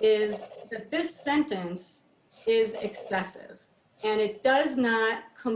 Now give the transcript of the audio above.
is that this sentence is excessive and it does not com